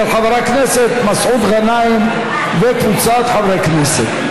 של חברת הכנסת מסעוד גנאים וקבוצת חברי הכנסת.